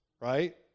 right